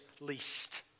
least